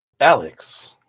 Alex